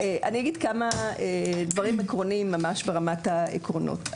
אגיד כמה דברים עקרוניים, ממש ברמת העקרונות.